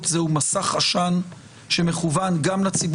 אנשים מדהימים ותשתית ציבורית שמסוגלת לייצר